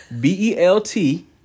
B-E-L-T